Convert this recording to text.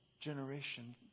generation